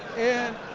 and,